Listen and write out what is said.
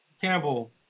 Campbell